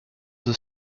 the